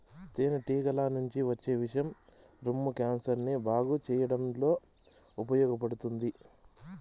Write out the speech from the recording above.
తేనె టీగల నుంచి వచ్చే విషం రొమ్ము క్యాన్సర్ ని బాగు చేయడంలో ఉపయోగపడతాది